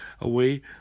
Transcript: away